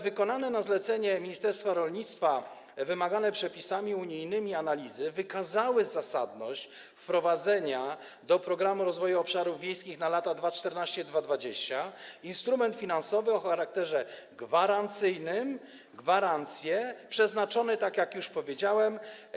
Wykonane na zlecenie ministerstwa rolnictwa wymagane przepisami unijnymi analizy wykazały zasadność wprowadzenia do Programu Rozwoju Obszarów Wiejskich na lata 2014–2020 instrumentu finansowego o charakterze gwarancyjnym - gwarancji, przeznaczonego, tak jak już powiedziałem.